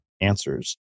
answers